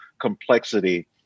complexity